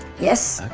yes,